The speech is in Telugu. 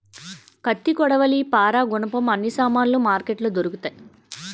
కత్తి కొడవలి పారా గునపం అన్ని సామానులు మార్కెట్లో దొరుకుతాయి